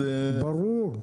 ברור.